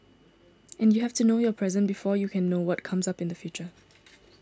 and you have to know your present before you can know what comes up in the future